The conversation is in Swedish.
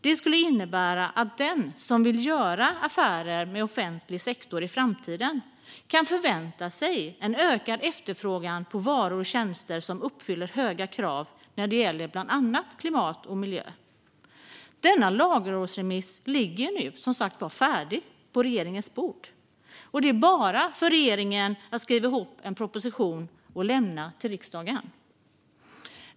Detta skulle innebära att den som vill göra affärer med offentlig sektor i framtiden kan förvänta sig en ökad efterfrågan på varor och tjänster som uppfyller höga krav när det gäller bland annat klimat och miljö. Lagrådsremissen ligger nu som sagt färdig på regeringens bord. Det är bara för regeringen att skriva ihop en proposition och lämna till riksdagen.